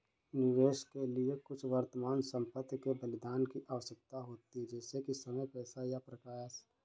निवेश के लिए कुछ वर्तमान संपत्ति के बलिदान की आवश्यकता होती है जैसे कि समय पैसा या प्रयास